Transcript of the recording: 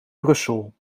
brussel